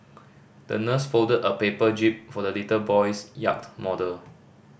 the nurse folded a paper jib for the little boy's yacht model